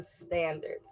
standards